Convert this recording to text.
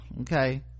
okay